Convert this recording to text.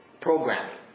programming